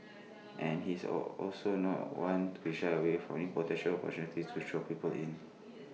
and he is also not one to be shy away from any potential opportunity to draw people in